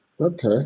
Okay